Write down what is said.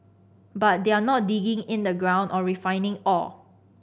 but they're not digging in the ground or refining ore